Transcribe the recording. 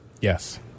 Yes